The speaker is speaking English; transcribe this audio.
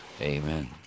Amen